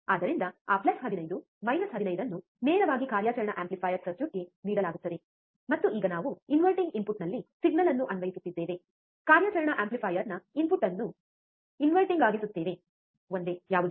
ಆದ್ದರಿಂದ ಆ plus 15 minus 15 ಅನ್ನು ನೇರವಾಗಿ ಕಾರ್ಯಾಚರಣಾ ಆಂಪ್ಲಿಫಯರ್ ಸರ್ಕ್ಯೂಟ್ಗೆ ನೀಡಲಾಗುತ್ತದೆ ಮತ್ತು ಈಗ ನಾವು ಇನ್ವರ್ಟಿಂಗ್ ಇನ್ಪುಟ್ನಲ್ಲಿ ಸಿಗ್ನಲ್ ಅನ್ನು ಅನ್ವಯಿಸುತ್ತಿದ್ದೇವೆ ಕಾರ್ಯಾಚರಣಾ ಆಂಪ್ಲಿಫೈಯರ್ನ ಇನ್ಪುಟ್ ಅನ್ನು ತಲೆಕೆಳಗಾಗಿಸುತ್ತೇವೆ ಒಂದೇ ಯಾವುದು